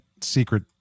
secret